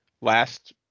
last